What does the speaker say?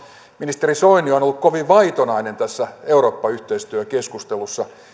ministeri soini on ollut kovin vaitonainen tässä eurooppa yhteistyökeskustelussa ja